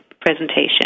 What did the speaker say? presentation